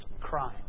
crime